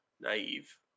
naive